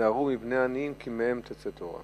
היזהרו בבני עניים כי מהם תצא תורה.